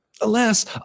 Alas